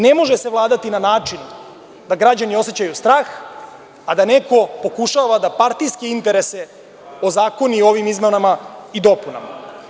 Ne može se vladati na način da građani osećaju strah, a da neko pokušava da partijske interese ozakoni ovim izmenama i dopunama.